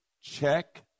Check